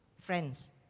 Friends